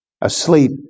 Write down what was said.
Asleep